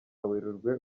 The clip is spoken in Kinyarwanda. werurwe